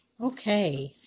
Okay